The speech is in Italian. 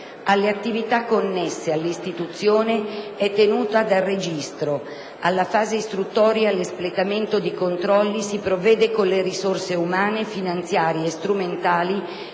Alle attività connesse all'istituzione e tenuta del registro, alla fase istruttoria e all'espletamento di controlli si provvede con le risorse umane, finanziarie e strumentali